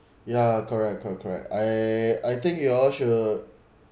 yeah correct cor~ correct I I think you all should